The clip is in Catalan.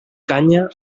canya